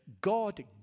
God